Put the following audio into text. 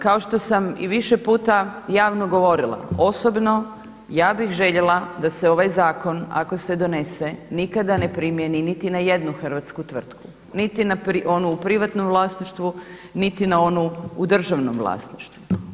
Kao što sam i više puta javno govorila osobno ja bih željela da se ovaj zakon ako se donese nikada ne primijeni niti na jednu hrvatsku tvrtku, niti na onu u privatnom vlasništvu, niti na onu u državnom vlasništvu.